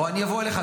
או שאני אבוא אליך,